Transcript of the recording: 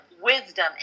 wisdom